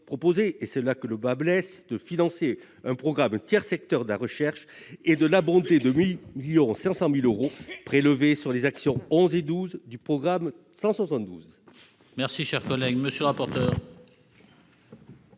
et c'est là que le bât blesse, de financer un programme « Tiers secteur de la recherche » par un abondement de 8,5 millions d'euros prélevés sur les actions n 11 et 12 du programme 172.